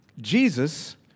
Jesus